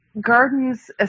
gardens